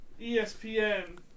ESPN